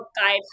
guide